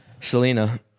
Selena